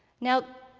now,